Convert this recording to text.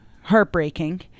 heartbreaking